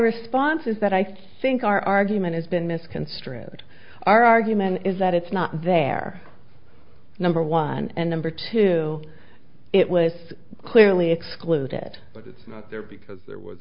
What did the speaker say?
response is that i think our argument has been misconstrued our argument is that it's not their number one and number two it was clearly excluded but it's not there because there was